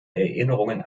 erinnerungen